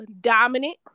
dominant